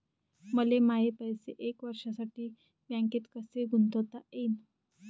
मले माये पैसे एक वर्षासाठी बँकेत कसे गुंतवता येईन?